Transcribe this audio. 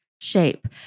shape